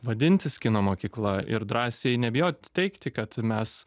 vadintis kino mokykla ir drąsiai nebijot teigti kad mes